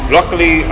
Luckily